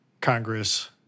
Congress